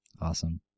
Awesome